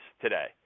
today